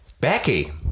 Becky